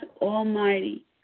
Almighty